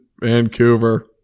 Vancouver